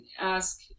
ask